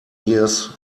years